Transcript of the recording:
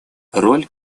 роль